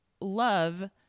love